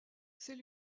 c’est